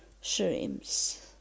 shrimps